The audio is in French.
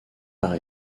par